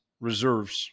reserves